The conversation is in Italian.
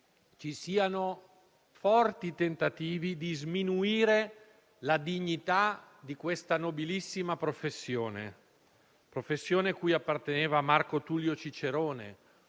ci siano forti tentativi di sminuire la dignità di questa nobilissima professione cui apparteneva Marco Tullio Cicerone;